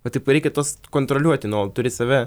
va taip va reikia tuos kontroliuoti nuolat turi save